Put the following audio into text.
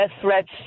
threats